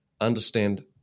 understand